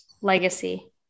Legacy